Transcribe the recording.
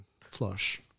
flush